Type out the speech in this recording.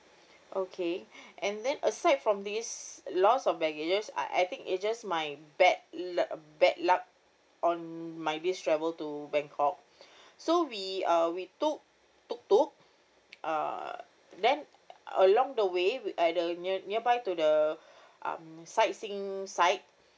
okay and then aside from this loss of baggages uh I think it's just my bad l~ bad luck on my this travel to bangkok so we uh we took tok tok uh then along the way at the near nearby to the um sightseeing side